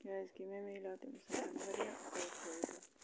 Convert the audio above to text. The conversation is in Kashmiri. کیازکہِ مےٚ مِلیو تمہِ سۭتۍ واریاہ